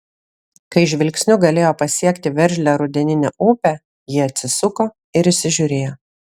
kai žvilgsniu galėjo pasiekti veržlią rudeninę upę ji atsisuko ir įsižiūrėjo